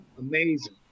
Amazing